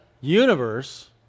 universe